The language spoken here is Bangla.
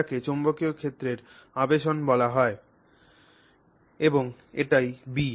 এটিকে চৌম্বকীয় ক্ষেত্রের আবেশন বলা হয় এবং এটিই এই B